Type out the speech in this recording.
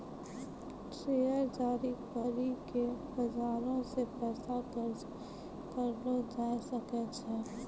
share जारी करि के बजारो से पैसा कर्जा करलो जाय सकै छै